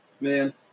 Man